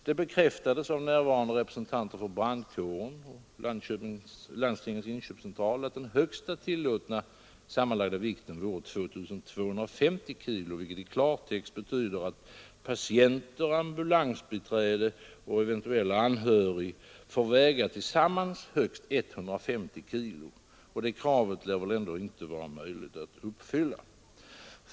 Det bekräftades av närvarande representanter för brandkåren och Landstingens inköpscentral att den högsta tillåtna sammanlagda vikten vore 2 250 kg, vilket i klartext betyder att patienter, ambulansbiträde och eventuell anhörig får väga tillsammans högst 150 kg. Det kravet lär ändå inte vara möjligt att uppfylla.